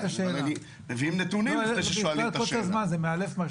מביאים נתונים לפני ששואלים את השאלה.